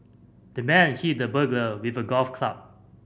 the man hit the burglar with a golf club